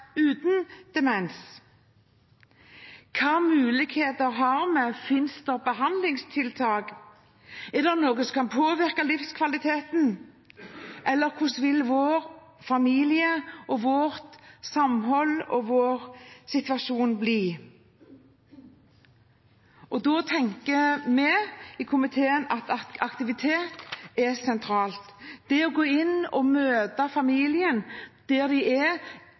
uten demens? Hva slags muligheter har vi? Finnes det behandlingstiltak? Er det noe som kan påvirke livskvaliteten? Eller: Hvordan vil vår familie, vårt samhold og vår situasjon bli? Da tenker vi i komiteen at aktivitet – det å gå inn og møte familien der den er,